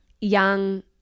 young